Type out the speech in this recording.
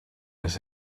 his